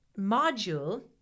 module